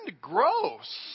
gross